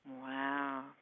Wow